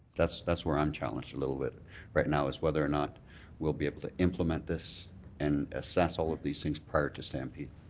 that's that's where i'm challenged a little bit. right now, whether or not we'll be able to implement this and assess all of these things prior to stampede.